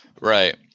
Right